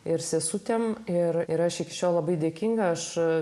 ir sesutėm ir ir aš iki šiol labai dėkinga aš